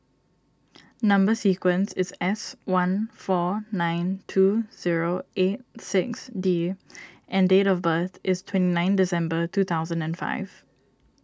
Number Sequence is S one four nine two zero eight six D and date of birth is twenty nine December two thousand and five